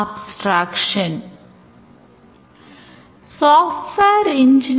இங்கே பேராசிரியர் பாட மற்றும் இதுவும் ஒரு actor ஆகும்